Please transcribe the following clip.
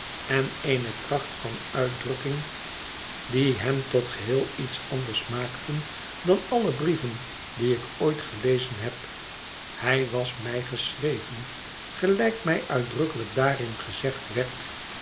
en eene kracht van uitdrukking die hem tot geheel iets anders maakten dan alle brieven die ik ooit gelezen heb hij was mij geschreven gelijk mij uitdrukkelijk daarin